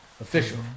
Official